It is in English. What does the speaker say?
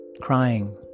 Crying